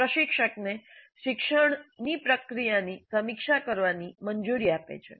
આ પ્રશિક્ષકને શિક્ષણની પ્રક્રિયાની સમીક્ષા કરવાની મંજૂરી આપે છે